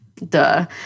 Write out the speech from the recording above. Duh